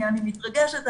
אני מתרגשת,